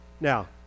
Now